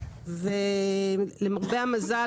ולמרבה המזל,